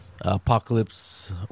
Apocalypse